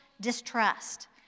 distrust